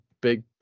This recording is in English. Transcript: big